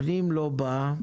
הפנים לא בא.